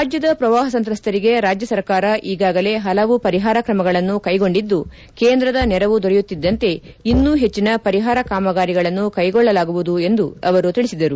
ರಾಜ್ಯದ ಪ್ರವಾಪ ಸಂತ್ರಸ್ತರಿಗೆ ರಾಜ್ಯ ಸರ್ಕಾರ ಈಗಾಗಲೇ ಪಲವು ಪರಿಹಾರ ಕ್ರಮಗಳನ್ನು ಕೈಗೊಂಡಿದ್ದು ಕೇಂದ್ರದ ನೆರವು ದೊರೆಯುತ್ತಿದ್ದಂತೆ ಇನ್ನೂ ಹೆಜ್ಜನ ಪರಿಹಾರ ಕಾಮಗಾರಿಗಳನ್ನು ಕೈಗೊಳ್ಳಲಾಗುವುದು ಎಂದು ಅವರು ತಿಳಿಸಿದರು